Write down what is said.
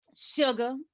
Sugar